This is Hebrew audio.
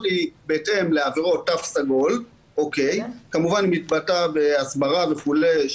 היא בהתאם לעבירות תו סגול וכמובן היא מתבטאת בהסברה וכולי,